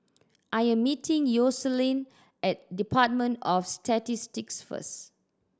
I am meeting Yoselin at Department of Statistics first